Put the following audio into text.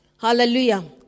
Hallelujah